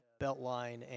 Beltline